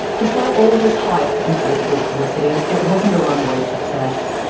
despite all of this hype and favourable publicity, it wasn't a runaway success.